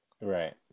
Right